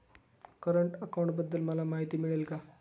Current अकाउंटबद्दल मला माहिती मिळेल का?